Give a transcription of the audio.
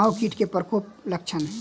माहो कीट केँ प्रकोपक लक्षण?